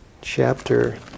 chapter